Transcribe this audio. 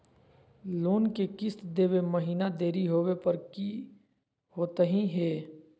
Loan के किस्त देवे महिना देरी होवे पर की होतही हे?